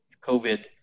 COVID